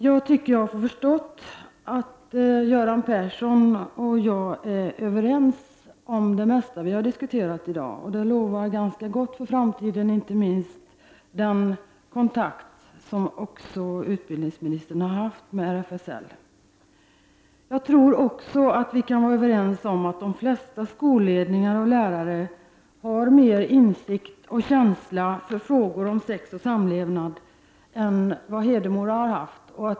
Jag har förstått att Göran Persson och jag är överens om det mesta vi har diskuterat i dag. Det lovar ganska gott för framtiden, inte minst den kontakt som utbildningsministern har haft med RFSL. Jag tror också att vi kan vara överens om att de flesta skolledningar och lärare har mer insikt och känsla för frågor om sex och samlevnad än vad Hedemora har haft.